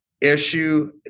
issue